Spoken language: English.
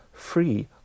Free